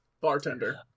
bartender